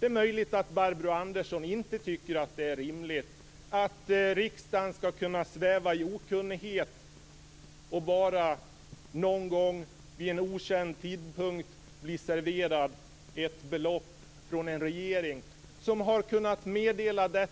Det är möjligt att Barbro Andersson Öhrn inte tycker att det är rimligt att riksdagen skall kunna sväva i okunnighet och bara någon gång vid en okänd tidpunkt bli serverad ett belopp från en regering som genom läckor till medierna har